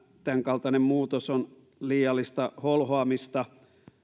tämänkaltainen muutos on liiallista holhoamista